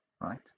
right